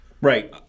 Right